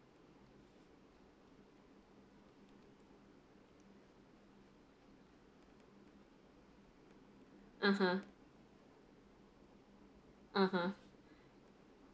(uh huh) (uh huh)